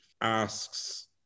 asks